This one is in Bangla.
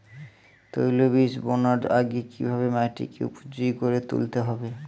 তৈলবীজ বোনার আগে কিভাবে মাটিকে উপযোগী করে তুলতে হবে?